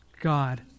God